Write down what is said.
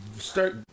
Start